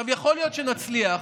יכול להיות שנצליח,